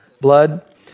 blood